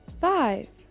five